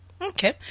Okay